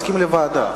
מסכים למליאה.